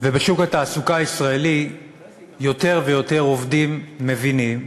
ובשוק התעסוקה הישראלי יותר ויותר עובדים מבינים,